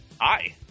hi